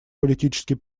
политический